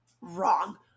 wrong